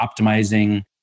optimizing